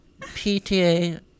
PTA